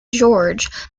george